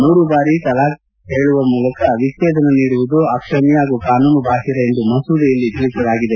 ಮೂರು ಬಾರಿ ತಲಾಕ್ ಹೇಳುವ ಮೂಲಕ ವಿಜ್ಞೇದನ ನೀಡುವುದು ಅಕ್ಷಮ್ಯ ಹಾಗೂ ಕಾನೂನು ಬಾಹಿರ ಎಂದು ಮಸೂದೆಯಲ್ಲಿ ಹೇಳಲಾಗಿದೆ